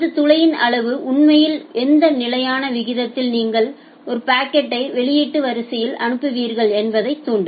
இந்த துளையின் அளவு உண்மையில் எந்த நிலையான விகிதத்தில் நீங்கள் ஒரு பாக்கெட்டை வெளியீட்டு வரிசையில் அனுப்புவீர்கள் என்பதைத் தூண்டும்